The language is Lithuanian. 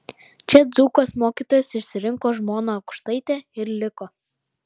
čia dzūkas mokytojas išsirinko žmoną aukštaitę ir liko